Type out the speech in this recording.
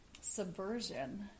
subversion